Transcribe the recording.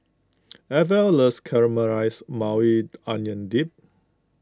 Arvel loves Caramelized Maui Onion Dip